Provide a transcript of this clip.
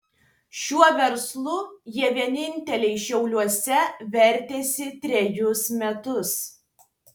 šiuo verslu jie vieninteliai šiauliuose vertėsi trejus metus